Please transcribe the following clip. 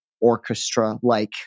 orchestra-like